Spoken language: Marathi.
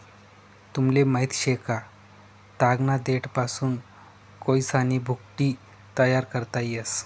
तुमले माहित शे का, तागना देठपासून कोयसानी भुकटी तयार करता येस